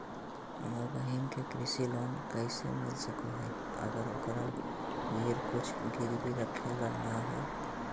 हमर बहिन के कृषि लोन कइसे मिल सको हइ, अगर ओकरा भीर कुछ गिरवी रखे ला नै हइ?